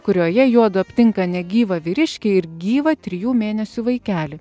kurioje juodu aptinka negyvą vyriškį ir gyvą trijų mėnesių vaikelį